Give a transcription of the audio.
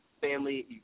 Family